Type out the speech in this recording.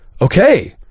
Okay